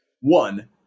One